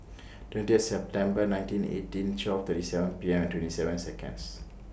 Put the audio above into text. twentieth September nineteen eighty twelve thirty seven P M twenty seven Seconds